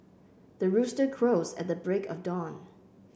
the rooster crows at the break of dawn